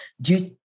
due